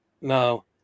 No